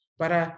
para